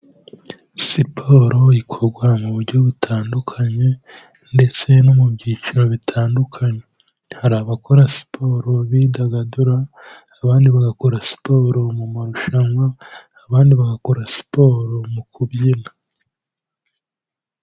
Siporo ikorwa mu buryo butandukanye ndetse no mu byiciro bitandukanye. Hari abakora siporo bidagadura abandi bagakora siporo mu marushanwa, abandi bagakora siporo mu kubyina.